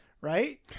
right